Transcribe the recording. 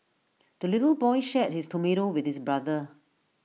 the little boy shared his tomato with his brother